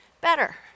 better